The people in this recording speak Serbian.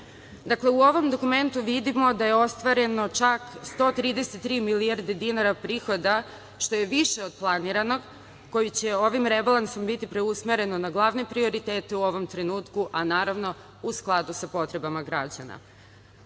u ovom dokumentu vidimo da je ostvareno čak 133 milijarde dinara prihoda što je više od planiranog koji će ovim rebalansom biti preusmereno na glavne prioritete u ovom trenutku, a naravno u skladu sa potrebama građana.